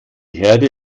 herde